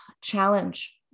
challenge